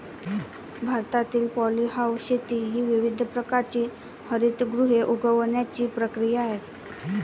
भारतातील पॉलीहाऊस शेती ही विविध प्रकारची हरितगृहे उगवण्याची प्रक्रिया आहे